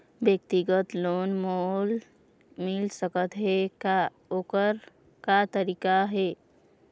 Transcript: व्यक्तिगत लोन मोल मिल सकत हे का, ओकर का तरीका हे?